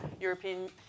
European